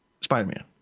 Spider-Man